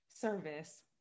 service